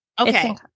Okay